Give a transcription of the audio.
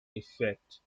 effect